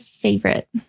favorite